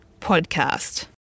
podcast